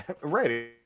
Right